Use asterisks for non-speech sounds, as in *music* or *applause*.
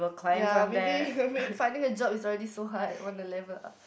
ya maybe *laughs* make finding a job is already so hard want to level up